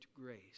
grace